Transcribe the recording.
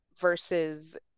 versus